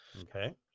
Okay